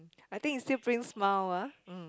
I think it still brings smile ah mm